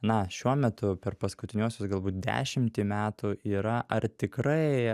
na šiuo metu per paskutiniuosius galbūt dešimtį metų yra ar tikrai